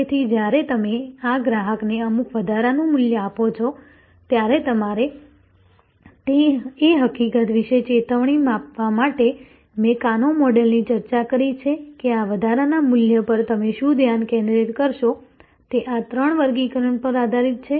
તેથી જ્યારે તમે આ ગ્રાહકને અમુક વધારાનું મૂલ્ય આપો છો ત્યારે તમારે એ હકીકત વિશે ચેતવણી આપવા માટે મેં કાનો મોડલની ચર્ચા કરી છે કે આ વધારાના મૂલ્ય પર તમે શું ધ્યાન કેન્દ્રિત કરશો તે આ ત્રણ વર્ગીકરણ પર આધારિત છે